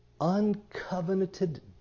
uncovenanted